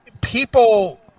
people